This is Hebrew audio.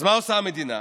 אז מה עושה המדינה?